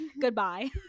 Goodbye